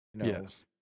Yes